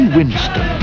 Winston